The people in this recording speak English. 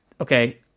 okay